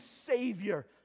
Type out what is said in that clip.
Savior